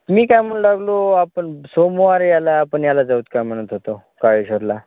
मी काय म्हणू लागलो आपण सोमवारी याला आपण याला जाऊत काय म्हणत होतो काळेश्वरला